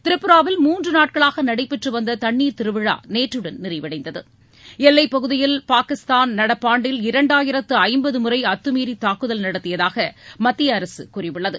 திரிபுராவில் மூன்று நாட்களாக நடைபெற்று வந்த தண்ணீர் திருவிழா நேற்றுடன் நிறைவடைந்தது எல்லைப்பகுதியில் பாகிஸ்தான் நடப்பு ஆண்டில் இரண்டாயிரத்து ஐம்பது முறை அத்துமீறி தாக்குதல் நடத்தியதாக மத்திய அரசு கூறியுள்ளது